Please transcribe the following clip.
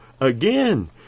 Again